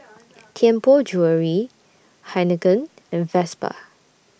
Tianpo Jewellery Heinekein and Vespa